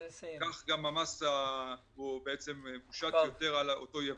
כך גם המס שמושת הוא יותר גבוה על אותו ייבוא.